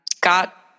got